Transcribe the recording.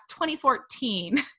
2014